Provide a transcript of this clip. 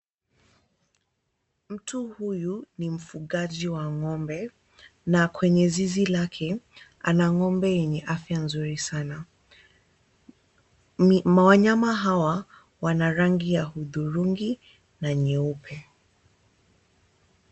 Mtu huyu ni mfugaji wa ng'ombe na kwenye zizi lake ana ng'ombe yenye afya nzuri sana. Wanyama hawa wana rangi ya hudhurungi na nyeupe.